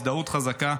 הזדהות חזקה,